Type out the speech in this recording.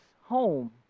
home